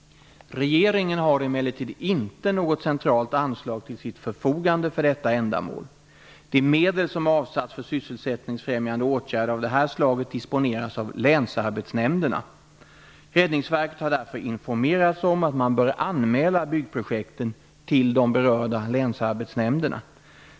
Rege ringen har emellertid inte något centralt anslag till sitt förfogande för detta ändamål. De medel som har avsatts för sysselsättningsfrämjande åtgärder av det här slaget disponeras av länsarbetsnämn derna. Räddningsverket har därför informerats om att man bör anmäla byggobjekten till de be rörda länsarbetsnämnderna.